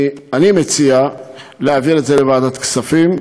אני מציע להעביר את הנושא לוועדת הכספים,